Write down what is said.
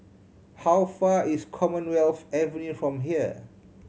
how far is Commonwealth Avenue from here